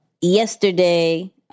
yesterday